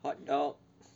hot dogs